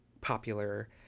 popular